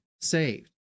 saved